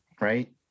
Right